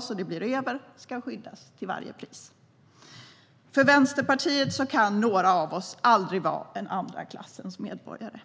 så att det blir över ska skyddas till varje pris. För Vänsterpartiet kan aldrig några av oss vara andra klassens medborgare.